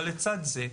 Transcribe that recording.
לצד זה,